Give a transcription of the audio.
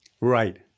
right